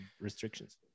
restrictions